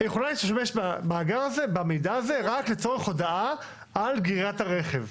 להשתמש במידע הזה רק לצורך הודעה על גרירת הרכב.